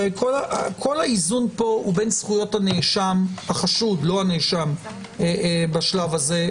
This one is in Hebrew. כל האיזון פה הוא בין זכויות החשוד בשלב הזה,